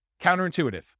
Counterintuitive